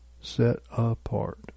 set-apart